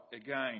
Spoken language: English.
again